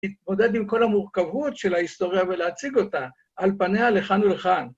להתמודד עם כל המורכבות של ההיסטוריה ולהציג אותה על פניה לכאן ולכאן.